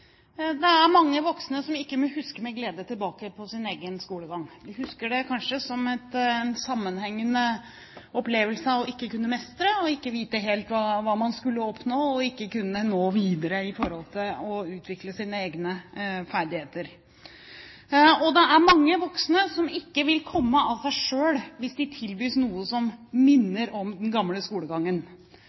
Det er mange voksne som ikke husker tilbake på sin egen skolegang med glede. De husker den kanskje som en sammenhengende opplevelse av ikke å kunne mestre og ikke vite helt hva man skulle oppnå, og ikke kunne nå videre med tanke på å utvikle sine egne ferdigheter. Og det er mange voksne som ikke vil komme av seg selv hvis de tilbys noe som minner om den gamle skolegangen.